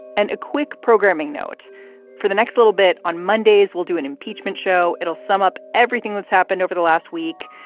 and a quick programming note for the next little bit. on mondays, we'll do an impeachment show. it'll sum up everything that's happened over the last week.